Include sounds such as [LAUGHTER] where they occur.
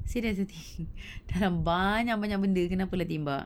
serious I think [LAUGHS] dalam banyak-banyak benda kenapa lah tembak